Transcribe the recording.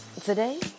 today